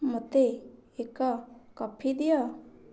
ମୋତେ ଏକ କଫି ଦିଅ